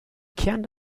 kern